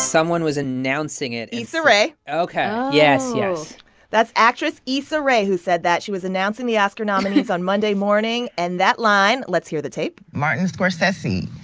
someone was announcing it issa rae ok oh yes, yes that's actress issa rae who said that. she was announcing the oscar nominees on monday morning. and that line let's hear the tape. martin scorsese,